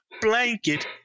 blanket